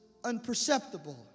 unperceptible